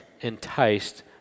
enticed